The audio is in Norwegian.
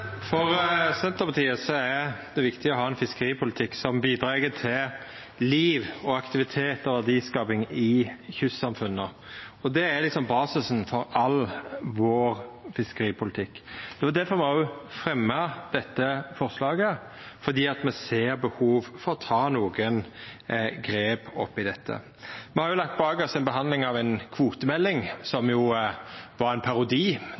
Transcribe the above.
For Senterpartiet er det viktig å ha ein fiskeripolitikk som bidreg til liv og aktivitet og verdiskaping i kystsamfunna. Det er basisen for all fiskeripolitikken vår. Det var difor me òg fremja dette forslaget, fordi me ser behov for å ta nokre grep oppi dette. Me har lagt bak oss ei behandling av ei kvotemelding som var ein